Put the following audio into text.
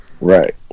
right